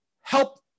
help